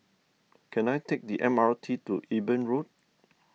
can I take the M R T to Eben Road